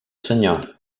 senyor